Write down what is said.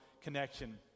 connection